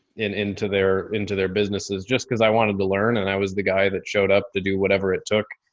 into their, into their businesses just cause i wanted to learn and i was the guy that showed up to do whatever it took,